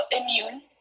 immune